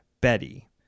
Betty